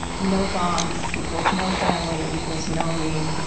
no bombs equal no family equal no me.